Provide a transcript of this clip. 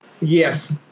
Yes